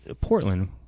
Portland